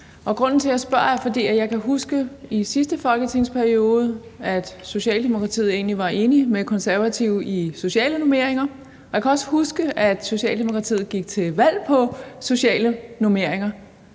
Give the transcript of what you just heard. Grunden til, at jeg spørger, er, at jeg kan huske i sidste folketingsperiode, at Socialdemokratiet egentlig var enige med Konservative, hvad angår sociale normeringer. Jeg kan også huske, at Socialdemokratiet gik til valg på sociale normeringer.